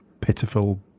pitiful